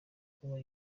kuba